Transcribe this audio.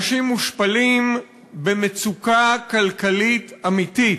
אנשים מושפלים במצוקה כלכלית אמיתית.